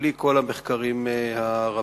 בלי כל המחקרים הרבים.